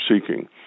seeking